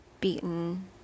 beaten